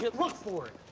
look for